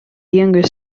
younger